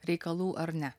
reikalų ar ne